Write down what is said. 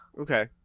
Okay